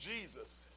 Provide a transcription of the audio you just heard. Jesus